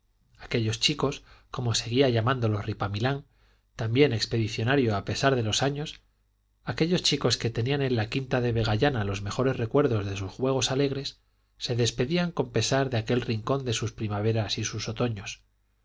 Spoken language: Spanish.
aquellos chicos como seguía llamándolos ripamilán también expedicionario a pesar de los años aquellos chicos que tenían en la quinta de vegallana los mejores recuerdos de sus juegos alegres se despedían con pesar de aquel rincón de sus primaveras y sus otoños